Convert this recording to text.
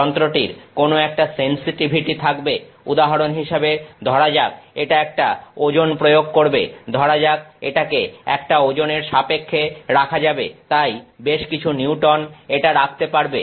যন্ত্রটির কোন একটা সেনসিটিভিটি থাকবে উদাহরন হিসাবে ধরা যাক এটা একটা ওজন প্রয়োগ করবে ধরা যাক এটাকে একটা ওজনের সাপেক্ষে রাখা যাবে তাই বেশকিছু নিউটন এটা রাখতে পারবে